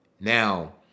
Now